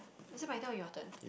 is it my turn or your turn